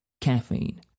caffeine